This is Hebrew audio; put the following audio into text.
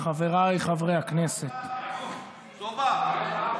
חבר הכנסת סובה,